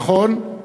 נכון,